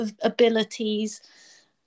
abilities